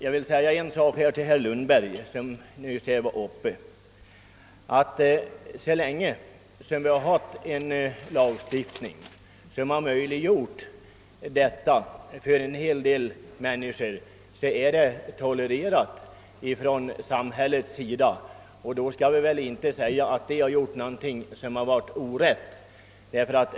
Jag vill emellertid säga till herr Lundberg, att så länge gällande lagstiftning har möjliggjort sådana vinster för en hel del människor, och förfarandet alltså är tolererat av samhället, så kan man inte påstå att de har handlat oriktigt.